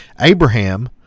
Abraham